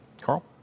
Carl